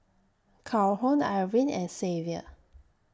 Calhoun Irvine and Xavier